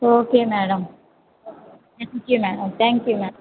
okay madam thank you madam thank you madam